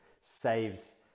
saves